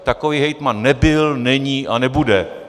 Takový hejtman nebyl, není a nebude!